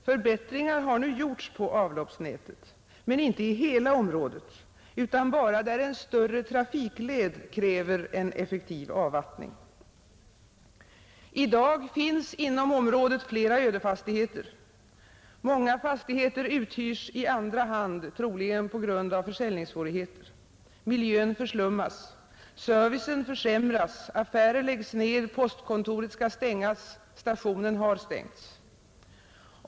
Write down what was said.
Förbättringar har nu gjorts på avloppsnätet, men inte i hela området, utan bara där en större trafikled kräver en effektiv avvattning. I dag finns inom området flera ödefastigheter. Många fastigheter uthyrs i andra hand, troligen på grund av försäljningssvårigheter. Miljön förslummas. Servicen försämras: affärer läggs ned, postkonteret skall stängas, stationen har stängts.